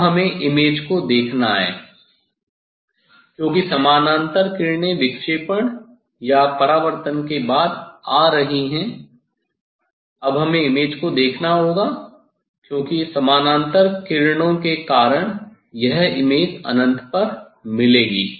अब हमें इमेज को देखना है क्योंकि समानांतर किरणें विक्षेपण या परावर्तन के बाद आ रही हैं अब हमें इमेज को देखना होगा क्योंकि समानांतर किरणें के कारण यह इमेज अनंत पर मिलेगी